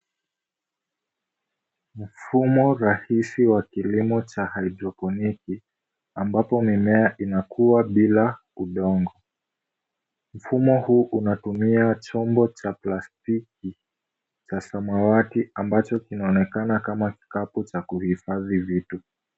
Mfumo rahisi wa kilimo cha haidroponiki, ambapo mimea inakua bila udongo. Mfumo huu unatumia chombo cha plastiki cha samawati ambacho kinaonekana kama kikapu cha kuhifadhi vitu.